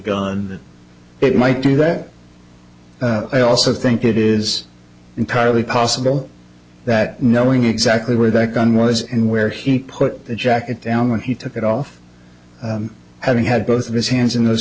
gun it might do that i also think it is entirely possible that knowing exactly where that gun was and where he put the jacket down when he took it off having had both of his hands in those